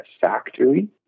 factory